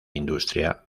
industria